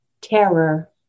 terror